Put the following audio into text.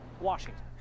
Washington